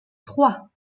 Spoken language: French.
trois